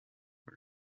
all